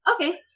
Okay